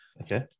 okay